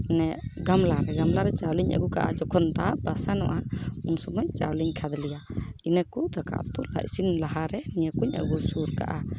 ᱢᱟᱱᱮ ᱜᱟᱢᱞᱟ ᱨᱮ ᱜᱟᱢᱞᱟ ᱨᱮ ᱜᱟᱢᱞᱟ ᱨᱮ ᱪᱟᱣᱞᱮᱧ ᱟᱹᱜᱩ ᱠᱟᱜᱼᱟ ᱡᱚᱠᱷᱚᱱ ᱫᱟᱜ ᱵᱟᱥᱟᱝ ᱚᱜᱼᱟ ᱩᱱ ᱥᱚᱢᱚᱭ ᱪᱟᱣᱞᱮᱧ ᱠᱷᱟᱫᱽᱞᱮᱭᱟ ᱤᱱᱟᱹ ᱠᱚ ᱫᱟᱠᱟ ᱩᱛᱩ ᱤᱥᱤᱱ ᱞᱟᱦᱟᱨᱮ ᱱᱤᱭᱟᱹ ᱠᱚᱧ ᱟᱹᱜᱩ ᱥᱩᱨ ᱠᱟᱜᱼᱟ